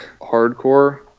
hardcore